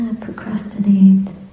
procrastinate